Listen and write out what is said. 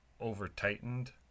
over-tightened